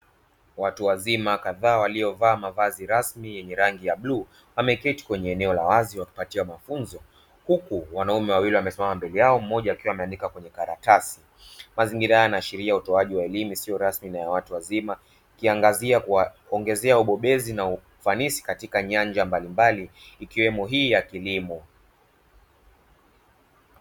Watu wazima kadhaa waliovaa mavazi rasmi yenye rangi ya bluu wameketi kwenye eneo la wazi wakipatiwa mafunzo, huku wanaume wawili wamesimama mbele yao mmoja akiwa ameandika kwenye karatasi. Mazingira haya yanaashiria utoaji wa elimu isiyo rasmi na ya watu wazima, ikiangazia kuwaongezea ubobezi katika nyanja mbalimbali ikiwemo hii ya kilimo.